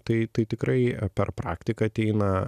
tai tai tikrai per praktiką ateina